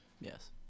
Yes